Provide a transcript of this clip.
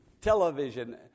television